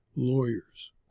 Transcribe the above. lawyers